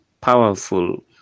powerful